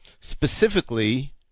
specifically